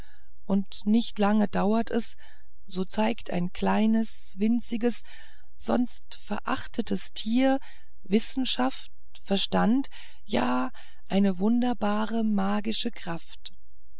und nicht lange dauert es so zeigt ein kleines winziges sonst verachtetes tier wissenschaft verstand ja eine wunderbare magische kraft